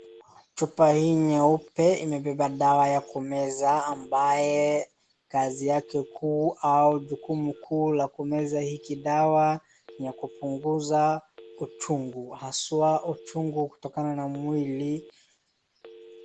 Chupa hii nyeupe imebeba dawa ya kumeza ambaye kazi yake kuu au jukumu kuu la kumeza hiki dawa ni kupunguza uchungu aswa uchungu kutokana na mwili.